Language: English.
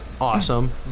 awesome